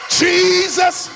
jesus